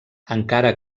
encara